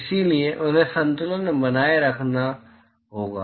इसलिए उन्हें संतुलन में बनाए रखना होगा